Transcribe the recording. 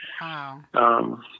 Wow